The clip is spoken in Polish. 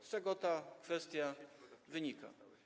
Z czego ta kwestia wynika?